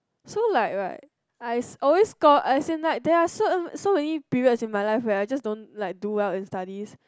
so like right I always score as in like there are so so many periods in my life where is just don't like do well in studies